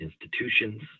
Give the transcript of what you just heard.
institutions